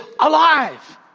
alive